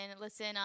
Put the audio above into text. listen